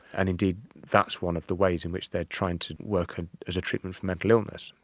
and indeed that's one of the ways in which they are trying to work and as a treatment for mental illness,